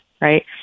right